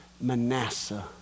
Manasseh